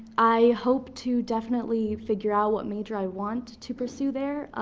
i hope to definitely figure out what major i want to pursue there.